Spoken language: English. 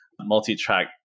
multi-track